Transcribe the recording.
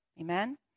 Amen